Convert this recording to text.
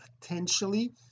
potentially